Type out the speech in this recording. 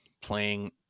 playing